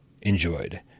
enjoyed